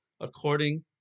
according